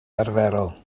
arferol